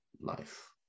life